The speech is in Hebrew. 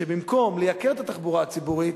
שבמקום לייקר את התחבורה הציבורית